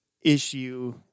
issue